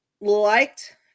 liked